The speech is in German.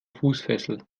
fußfessel